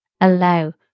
allow